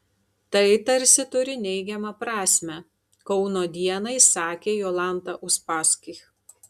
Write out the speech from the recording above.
tai tarsi turi neigiamą prasmę kauno dienai sakė jolanta uspaskich